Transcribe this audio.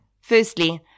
Firstly